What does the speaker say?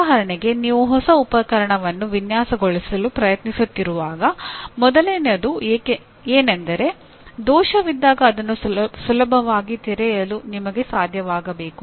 ಉದಾಹರಣೆಗೆ ನೀವು ಹೊಸ ಉಪಕರಣವನ್ನು ವಿನ್ಯಾಸಗೊಳಿಸಲು ಪ್ರಯತ್ನಿಸುತ್ತಿರುವಾಗ ಮೊದಲನೆಯದು ಏನೆಂದರೆ ದೋಷವಿದ್ದಾಗ ಅದನ್ನು ಸುಲಭವಾಗಿ ತೆರೆಯಲು ನಿಮಗೆ ಸಾಧ್ಯವಾಗಬೇಕು